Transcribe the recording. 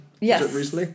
Yes